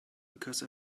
because